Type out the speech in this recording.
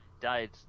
died